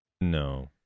No